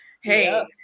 hey